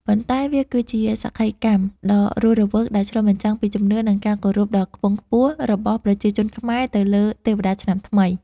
ប៉ុន្តែវាគឺជាសក្ខីកម្មដ៏រស់រវើកដែលឆ្លុះបញ្ចាំងពីជំនឿ និងការគោរពដ៏ខ្ពង់ខ្ពស់របស់ប្រជាជនខ្មែរទៅលើទេវតាឆ្នាំថ្មី។